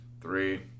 Three